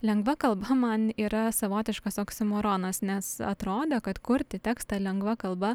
lengva kalba man yra savotiškas oksimoronas nes atrodo kad kurti tekstą lengva kalba